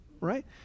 right